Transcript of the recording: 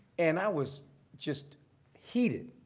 and i was just heated.